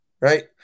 right